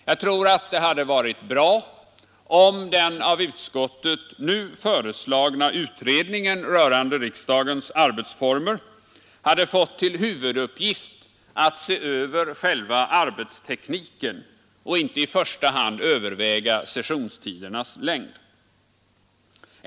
Jag tror att det hade varit bra om den nu av utskottet föreslagna utredningen rörande riksdagens arbetsformer hade fått till huvuduppgift att se över själva arbetstekniken och inte i första hand överväga sessionstidernas längd.